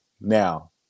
Now